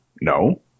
No